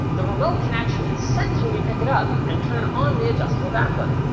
the remote can actually sense when you pick it up and turn on the adjustable backlight.